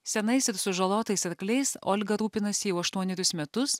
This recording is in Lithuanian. senais ir sužalotais arkliais olga rūpinasi jau aštuonerius metus